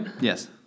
Yes